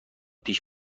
پیش